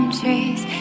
trees